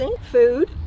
Food